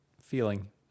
feeling